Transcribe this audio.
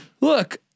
Look